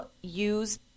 use